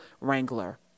wrangler